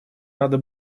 надо